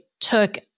took